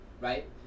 right